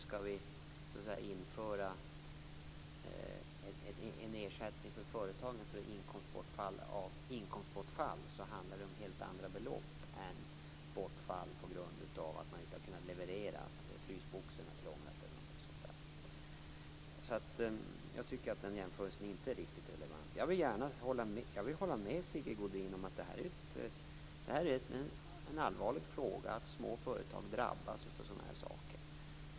Skall vi införa en ersättning för företagen för inkomstbortfall handlar det om helt andra belopp än bortfall på grund av att man inte har kunnat leverera, t.ex. för att frysboxarna har krånglat. Den jämförelsen är alltså inte riktigt relevant. Jag håller med Sigge Godin om att det är allvarligt att små företag drabbas av sådana här saker.